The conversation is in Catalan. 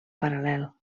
paral·lel